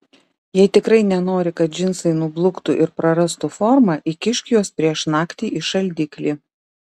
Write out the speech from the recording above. jei tikrai nenori kad džinsai nubluktų ir prarastų formą įkišk juos prieš naktį į šaldiklį